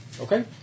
Okay